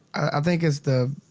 i think it's the